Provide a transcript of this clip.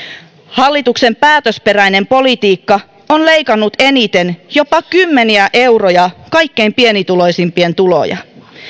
hallituksen päätösperäinen politiikka on leikannut eniten jopa kymmeniä euroja kaikkein pienituloisimpien tuloja